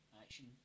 action